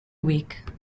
week